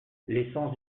l’essence